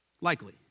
Likely